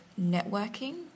networking